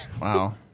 Wow